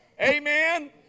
Amen